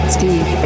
Steve